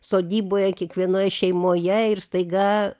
sodyboje kiekvienoje šeimoje ir staiga